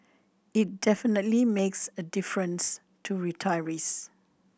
it definitely makes a difference to retirees